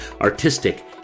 artistic